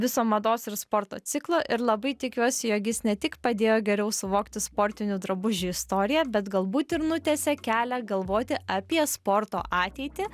viso mados ir sporto ciklo ir labai tikiuosi jog jis ne tik padėjo geriau suvokti sportinių drabužių istoriją bet galbūt ir nutiesė kelią galvoti apie sporto ateitį